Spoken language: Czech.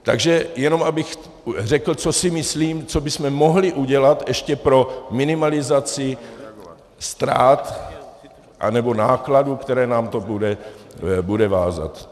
Takže jenom abych řekl, co si myslím, co bychom mohli udělat ještě pro minimalizaci ztrát anebo nákladů, které nám to bude vázat.